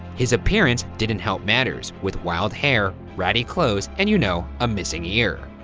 his appearance didn't help matters, with wild hair, ratty clothes, and you know, a missing ear.